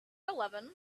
eleven